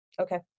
Okay